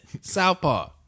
Southpaw